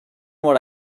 what